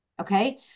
Okay